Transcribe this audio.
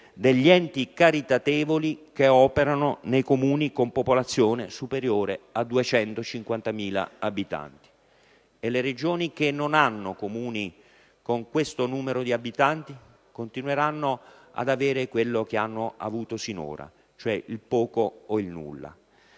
degli enti caritatevoli che operano nei Comuni con popolazione superiore a 250.000 abitanti. E le Regioni che non hanno Comuni con questo numero di abitanti? Continueranno ad avere quello che hanno avuto sinora, cioè poco o nulla.